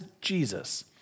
Jesus